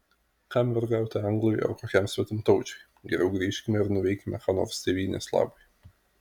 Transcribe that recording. kam vergauti anglui ar kokiam svetimtaučiui geriau grįžkime ir nuveikime ką nors tėvynės labui